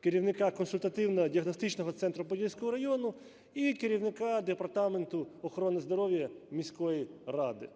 керівника консультативного діагностичного центру Подільського району і керівника Департаменту охорони здоров'я міської ради.